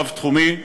רב-תחומי,